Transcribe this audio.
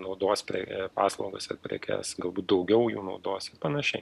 naudos pre paslaugas ar prekes galbūt daugiau jų naudos ir panašiai